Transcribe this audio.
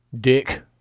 Dick